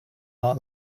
our